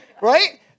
Right